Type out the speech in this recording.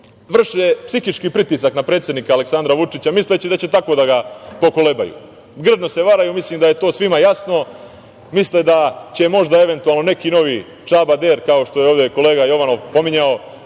vrše psihički pritisak na predsednika Aleksandra Vučića, misleći da će tako da ga pokolebaju. Grdno se varaju, mislim da je to svima jasno, misle da će možda, eventualno, neki novi Čaba Der, kao što je ovde kolega Jovanov pominjao,